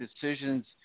decisions